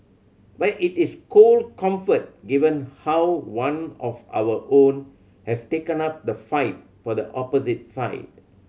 but it is cold comfort given how one of our own has taken up the fight for the opposite side